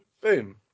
Boom